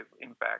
impact